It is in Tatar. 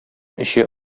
эче